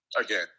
again